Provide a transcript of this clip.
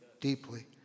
deeply